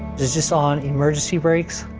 just on emergency brakes,